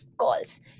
calls